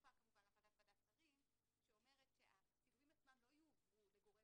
כפופה כמובן להחלטת ועדת השרים שאומרת שהצילומים עצמם לא יועברו לגורם